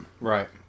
Right